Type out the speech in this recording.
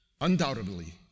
undoubtedly